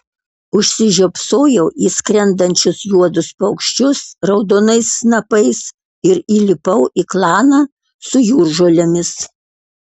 užsižiopsojau į skrendančius juodus paukščius raudonais snapais ir įlipau į klaną su jūržolėmis